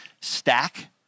Stack